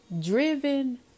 driven